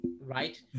right